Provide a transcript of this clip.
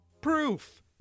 Proof